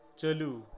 ᱪᱟᱹᱞᱩ